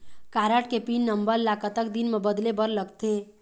Card के pin number ला कतक दिन म बदले बर लगथे?